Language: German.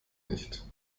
nicht